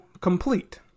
complete